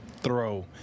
throw